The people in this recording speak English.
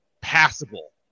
passable